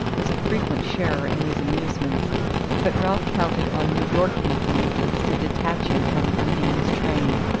was a frequent sharer in these amusements but ralph counted on new york influences to detach him from undine's train.